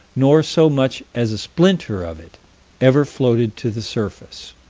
nor so much as a splinter of it ever floated to the surface.